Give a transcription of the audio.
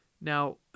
Now